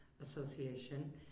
Association